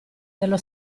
dello